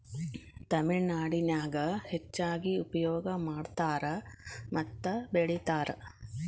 ತಮಿಳನಾಡಿನ್ಯಾಗ ಹೆಚ್ಚಾಗಿ ಉಪಯೋಗ ಮಾಡತಾರ ಮತ್ತ ಬೆಳಿತಾರ